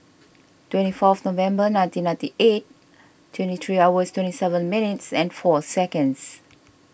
twenty fourth November nineteen ninety eight twenty three hours twenty seven minutes and four seconds